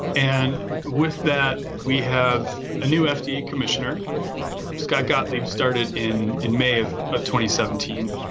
and with that, we have a new ah fda yeah commissioner scott gottlieb started in in may of ah twenty seventeen.